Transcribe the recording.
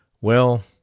Well